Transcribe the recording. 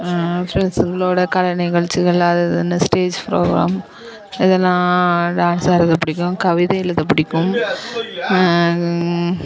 ஃப்ரெண்ட்ஸுங்களோடு கலை நிகழ்ச்சிகள் அது இதுன்னு ஸ்டேஜ் ப்ரோகிராம் இதெலாம் டான்ஸ் ஆடுகிறது பிடிக்கும் அப்புறம் கவிதை எழுதப் பிடிக்கும்